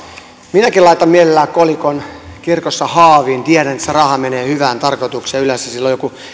minäkin laitan mielelläni kolikon kirkossa haaviin tiedän että se raha menee hyvään tarkoitukseen ja yleensä sillä on joku